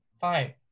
Fine